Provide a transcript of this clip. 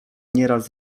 nieraz